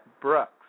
Brooks